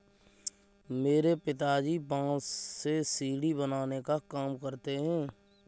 मेरे पिताजी बांस से सीढ़ी बनाने का काम करते हैं